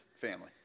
family